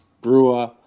Brewer